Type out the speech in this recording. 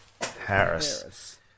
Harris